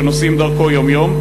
שנוסעים דרכו יום-יום.